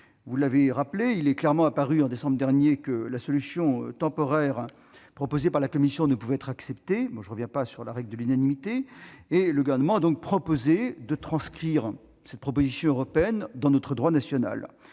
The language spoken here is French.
Vous l'avez rappelé, il est apparu clairement, en décembre dernier, que la solution temporaire proposée par la Commission ne pouvait être acceptée- je ne reviens pas sur le problème de la règle de l'unanimité ; le Gouvernement a donc proposé de transcrire cette proposition européenne dans notre droit national.